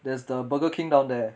there's the burger king down there